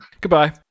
Goodbye